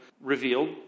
revealed